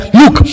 look